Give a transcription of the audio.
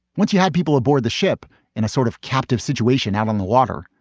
once you had people aboard the ship in a sort of captive situation out on the water,